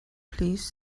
please